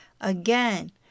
Again